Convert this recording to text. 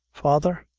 father,